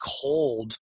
cold